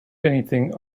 anything